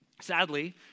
sadly